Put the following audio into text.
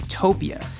Utopia